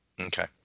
Okay